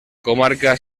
comarca